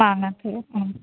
മാങ്ങാച്ചാറ്